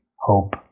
hope